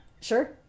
Sure